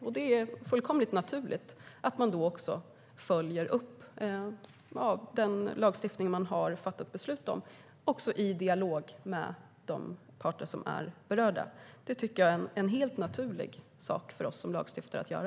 Det är fullkomligt naturligt att man då följer upp den lagstiftning man har fattat beslut om också i dialog med de parter som är berörda. Det tycker jag är en helt naturlig sak för oss som lagstiftare att göra.